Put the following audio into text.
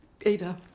Ada